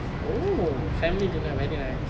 oh family dinner very nice